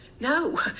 No